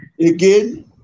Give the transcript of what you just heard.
again